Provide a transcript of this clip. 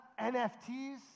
NFTs